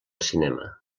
cinema